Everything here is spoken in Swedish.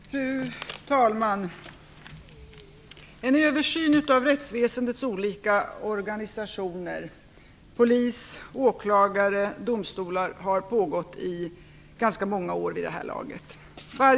Fru talman! En översyn av rättsväsendets olika organisationer - polis, åklagare och domstolar - har pågått i ganska många år vid det här laget.